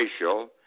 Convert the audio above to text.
racial